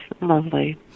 lovely